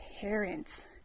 parents